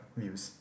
views